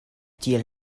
tiel